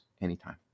anytime